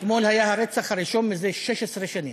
אתמול היה הרצח הראשון זה 16 שנים.